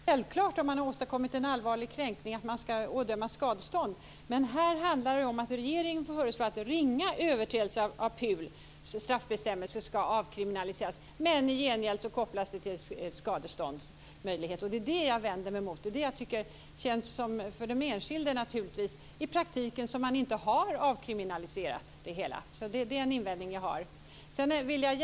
Fru talman! Det ska jag gärna svara på. Om man har åstadkommit en allvarlig kränkning ska man självfallet ådömas skadestånd. Men i det här fallet handlar det om att regeringen föreslår att ringa överträdelse av PUL:s straffbestämmelser ska avkriminaliseras, men i gengäld kopplas det till en skadeståndsmöjlighet. Det är det jag vänder mig emot. För den enskilde känns det i praktiken naturligtvis som om man inte har gjort någon avkriminalisering. Det är en invändning jag har.